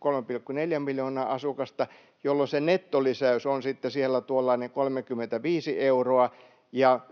3,4 miljoonaa asukasta, jolloin se nettolisäys on sitten siellä tuollainen 35 euroa.